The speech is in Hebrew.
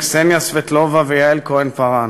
קסניה סבטלובה ויעל כהן-פארן,